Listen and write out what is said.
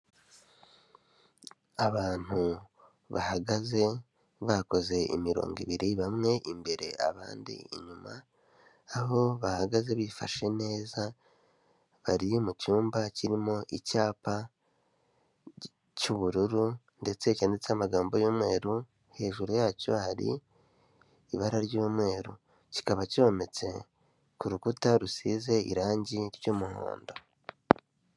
Abantu bahagaze bakoze imirongo ibiri bamwe imbere abandi inyuma, aho bahagaze bifashe neza bari mu cyumba kirimo icyapa cy'ubururu ndetse cyanditseho cy'amagambo y'umweru, hejuru yacyo hari ibara ry'umweru kikaba cyometse ku rukuta rusize irangi ry'umuhondo.